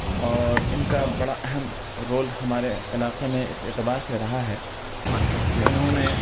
اور اِن کا بڑا اہم رول ہمارے علاقے میں اِس اعتبار سے رہا ہے کہ اُنہوں نے